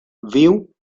viu